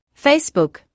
Facebook